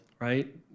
right